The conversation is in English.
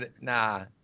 nah